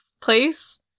place